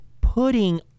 putting